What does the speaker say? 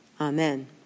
Amen